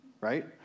Right